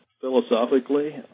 philosophically